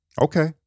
Okay